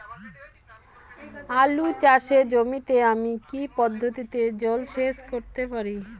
আলু চাষে জমিতে আমি কী পদ্ধতিতে জলসেচ করতে পারি?